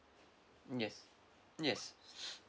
yes yes